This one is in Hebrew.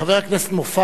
חבר הכנסת מופז